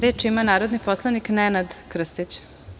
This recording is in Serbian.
Reč ima narodni poslanik Nenad Krstić.